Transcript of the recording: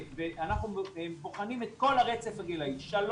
אנחנו בוחנים את כל הרצף הגילאי, 3,